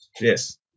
Yes